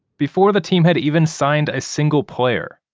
before the team had even signed a single player,